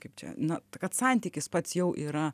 kaip čia na kad santykis pats jau yra